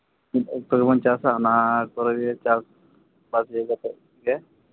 ᱢᱤᱫ ᱚᱠᱛᱚ ᱜᱮᱵᱚᱱ ᱪᱟᱥᱟ ᱚᱱᱟ ᱠᱚᱨᱮᱜᱮ ᱪᱟᱥᱵᱟᱥ ᱤᱭᱟᱹ ᱠᱟᱛᱮᱫ ᱜᱮ